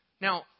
Now